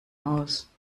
aus